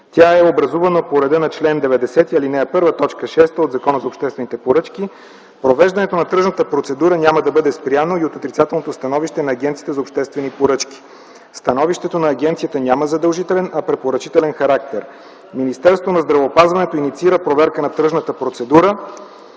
Тя е образувана по реда на чл. 90, ал. 1, т. 6 от Закона за обществените поръчки. Провеждането на тръжната процедура няма да бъде спряно и от отрицателното становище на Агенцията за обществени поръчки. Становището на агенцията няма задължителен, а препоръчителен характер. Министерството на здравеопазването инициира проверка на тръжната процедура